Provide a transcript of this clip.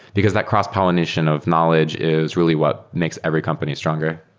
because that cross-pollination of knowledge is really what makes every company stronger.